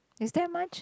is that much